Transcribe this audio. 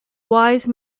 wise